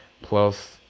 Plus